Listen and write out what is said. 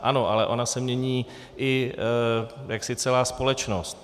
Ano, ale ona se mění i jaksi celá společnost.